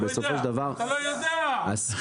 הא, אתה לא יודע אתה לא יודע, ואו.